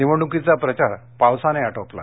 निवडणुकीचा प्रचार पावसाने आटोपला